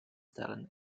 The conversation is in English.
talent